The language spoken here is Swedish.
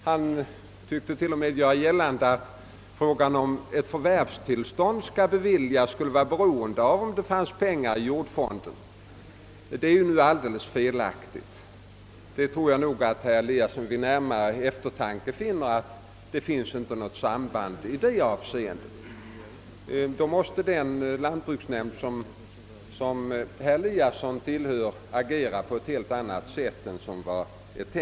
Han tycks till och med vilja göra gällande att frågan huruvida förvärvstillstånd skall beviljas kan vara beroende av om det finns pengar i jordfonden, vilket är alldeles felaktigt; jag tror att herr Eliasson vid närmare eftertanke inser att det inte finns något sådant samband. Den lantbruksnämnd som han tillhör måtte agera på ett helt annat sätt än vad som var tänkt.